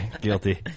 guilty